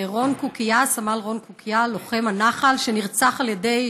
רון קוקיא, סמל רון קוקיא, לוחם נח"ל שנרצח על ידי